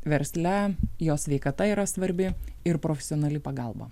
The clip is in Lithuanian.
versle jo sveikata yra svarbi ir profesionali pagalba